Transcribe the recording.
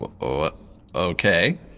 Okay